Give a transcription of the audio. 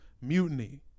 mutiny